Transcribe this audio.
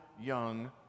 young